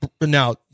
now